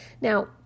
Now